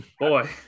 Boy